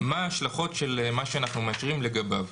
מה ההשלכות של מה שאנחנו מאשרים לגביו.